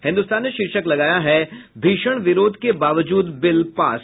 हिन्दुस्तान ने शीर्षक लगाया है भीषण विरोध के बावजूद बिल पास